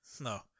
No